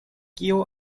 kio